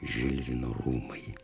žilvino rūmai